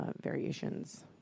variations